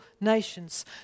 nations